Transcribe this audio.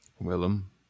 Willem